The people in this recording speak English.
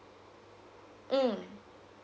mm